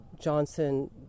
Johnson